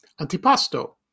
antipasto